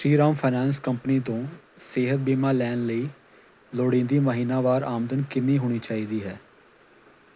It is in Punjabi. ਸ਼੍ਰੀ ਰਾਮ ਫਾਇਨਾਂਸ ਕੰਪਨੀ ਤੋਂ ਸਿਹਤ ਬੀਮਾ ਲੈਣ ਲਈ ਲੋੜੀਂਦੀ ਮਹੀਨਾਵਾਰ ਆਮਦਨ ਕਿੰਨੀ ਹੋਣੀ ਚਾਹੀਦੀ ਹੈ